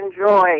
enjoy